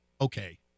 okay